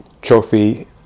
trophy